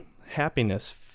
happiness